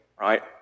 right